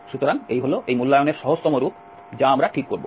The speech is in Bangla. সুতরাং এ হল এই মূল্যায়নের সহজতম রূপ যা আমরা ঠিক করব